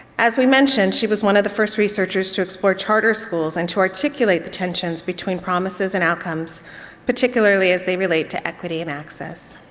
as we mentioned, she was one of the first researchers to explore charter schools and to articulate the tensions between promises and outcomes particularly as they relate to equity and access.